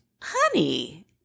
Honey